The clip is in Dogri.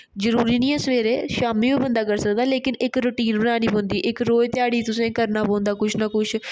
जरुरी नेईं ऐ सवैरे शामीं बी बंदा करी सकदा ऐ लेकिन इक रुटीन बनानी पोंदी इक रोज ध्याढ़ी तुसें करना पोंदा कुछ ना कुछ